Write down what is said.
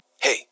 Hey